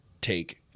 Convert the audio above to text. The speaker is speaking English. take